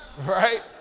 Right